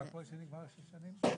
מה קורה כשנגמר שש שנים?